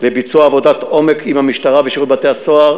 לביצוע עבודת עומק עם המשטרה ושירות בתי-הסוהר,